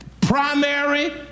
Primary